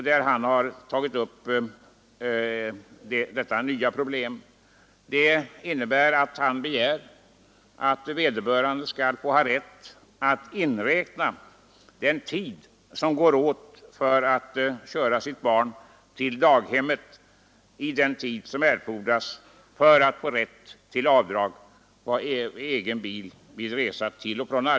Där har motionären begärt att resa till och från barndaghem i samband med arbetsresa skall få inräknas i den tidsvinst som avgör om rätt till avdrag för bilresa föreligger.